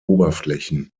oberflächen